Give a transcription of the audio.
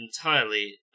entirely